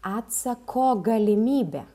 atsako galimybę